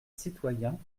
citoyens